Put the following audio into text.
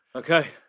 okay,